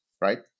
right